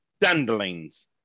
Dandelions